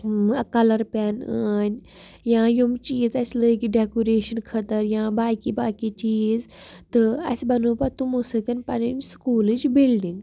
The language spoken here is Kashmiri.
کَلر پین أنۍ یا یِم چیٖز أسۍ لٔگۍ ڈیٚکُریشن خٲطر یا باقٕے باقٕے چیٖز تہٕ اَسہِ بَنوو پَتہٕ تِمو سۭتۍ پَنٕنۍ سکوٗلٕچ بِلڈنگ